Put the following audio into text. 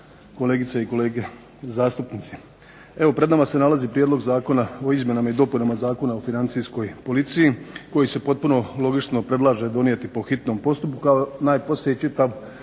kolegice i kolege saborski zastupnici. Evo pred nama se nalazi Prijedlog zakona o izmjenama i dopunama Zakona o financijskoj policiji koji se potpuno logično predlaže donijeti po hitnom postupku. Najposlije